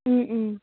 ꯎꯝ ꯎꯝ